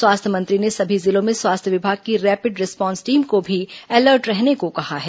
स्वास्थ्य मंत्री ने सभी जिलों में स्वास्थ्य विभाग की रैपिड रिस्पॉन्स टीम को भी अलर्ट रहने को कहा है